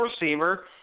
receiver